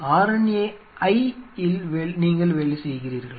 RNA I யில் நீங்கள் வேலை செய்கிறீர்களா